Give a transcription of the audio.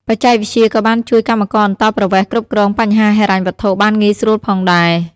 បច្ចេកវិទ្យាក៏បានជួយកម្មករអន្តោប្រវេស៍គ្រប់គ្រងបញ្ហាហិរញ្ញវត្ថុបានងាយស្រួលផងដែរ។